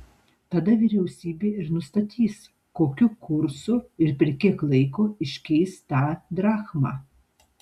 tada vyriausybė ir nustatys kokiu kursu ir per kiek laiko iškeis tą drachmą